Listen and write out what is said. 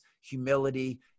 humility